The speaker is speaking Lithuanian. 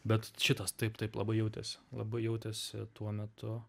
bet šitas taip taip labai jautėsi labai jautėsi tuo metu